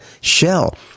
shell